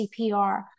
CPR